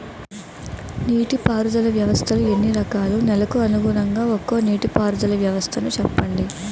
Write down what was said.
నీటి పారుదల వ్యవస్థలు ఎన్ని రకాలు? నెలకు అనుగుణంగా ఒక్కో నీటిపారుదల వ్వస్థ నీ చెప్పండి?